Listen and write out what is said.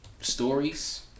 stories